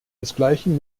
desgleichen